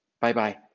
bye-bye